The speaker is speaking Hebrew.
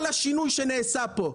כל השינוי שנעשה פה,